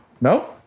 No